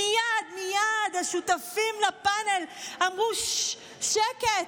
מייד מייד השותפים לפנל אמרו: ששש, שקט,